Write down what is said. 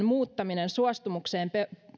muuttaminen suostumuksen